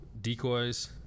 decoys